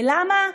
ולמה?